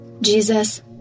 Jesus